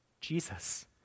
Jesus